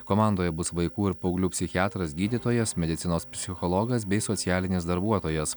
komandoje bus vaikų ir paauglių psichiatras gydytojas medicinos psichologas bei socialinis darbuotojas